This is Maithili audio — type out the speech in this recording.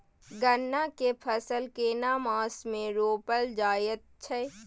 गन्ना के फसल केना मास मे रोपल जायत छै?